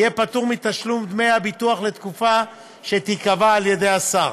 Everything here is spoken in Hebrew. יהיה פטור מתשלום דמי הביטוח לתקופה שתיקבע על-ידי השר.